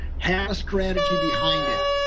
have a strategy behind it.